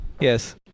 Yes